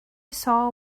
saw